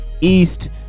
east